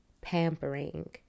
pampering